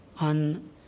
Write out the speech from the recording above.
on